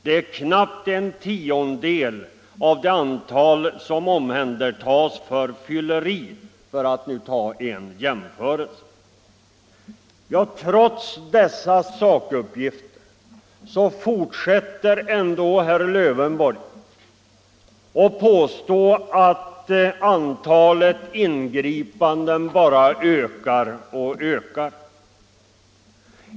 Det är knappt en tiondel av det antal som omhändertas för fylleri, för att nu göra en jämförelse. Trots dessa sakuppgifter fortsätter ändå herr Lövenborg att påstå att antalet ingripanden bara ökar.